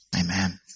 Amen